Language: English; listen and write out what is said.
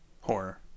Horror